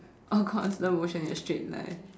a constant motion in a straight line